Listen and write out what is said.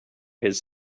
his